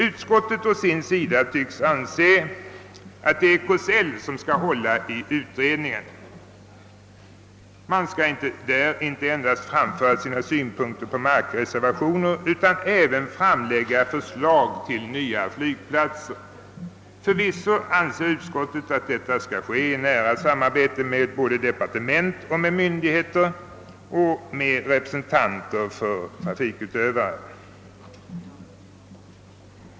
Utskottet tycks å sin sida anse att det är KSL som skall ansvara för utredningen. Man skall inte endast framföra sina synpunkter på markreserva tioner utan även framlägga förslag till nya flygplatser. Utskottet anser förvisso att detta skall ske i nära samarbete med både departement och myndigheter samt med representanter för trafikutövarna.